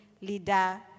leader